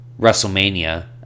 wrestlemania